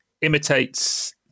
imitates